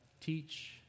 Teach